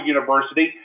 University